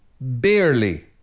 barely